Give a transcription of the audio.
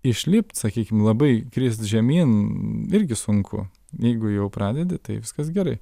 išlipt sakykim labai krist žemyn irgi sunku jeigu jau pradedi tai viskas gerai